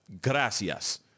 gracias